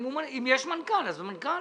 אם יש מנכ"ל, אז המנכ"ל,